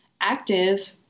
active